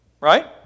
right